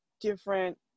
different